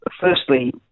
Firstly